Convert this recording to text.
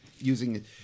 Using